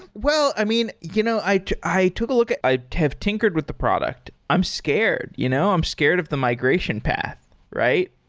well, i mean, you know i i took a look at i have tinkered with the product. i'm scared. scared. you know i'm scared of the migration path, right?